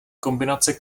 kombinace